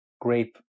grape